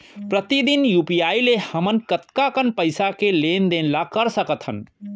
प्रतिदन यू.पी.आई ले हमन कतका कन पइसा के लेन देन ल कर सकथन?